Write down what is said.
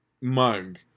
mug